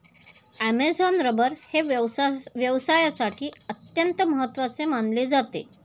Amazon rubber हे व्यवसायासाठी अत्यंत महत्त्वाचे मानले जाते